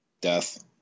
Death